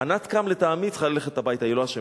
ענת קם, לטעמי, צריכה ללכת הביתה, היא לא אשמה.